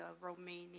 Romania